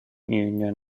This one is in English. union